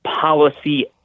policy